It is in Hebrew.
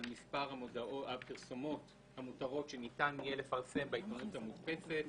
מספר הפרסומות המותרות שניתן יהיה לפרסם בעיתונות המודפסת.